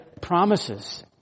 promises